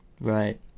Right